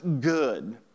good